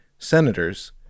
senators